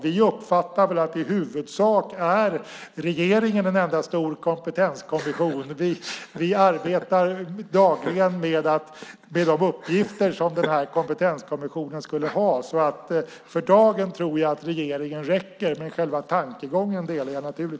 Vi uppfattar att i huvudsak är regeringen en enda stor kompetenskommission. Vi arbetar dagligen med de uppgifter som den här kompetenskommissionen skulle ha. För dagen tror jag att regeringen räcker, men själva tankegången delar jag.